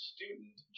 Student